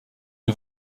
une